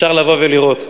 אפשר לבוא ולראות.